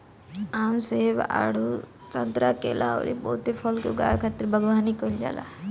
आम, सेब, आडू, संतरा, केला अउरी बहुते फल के उगावे खातिर बगवानी कईल जाला